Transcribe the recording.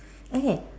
okay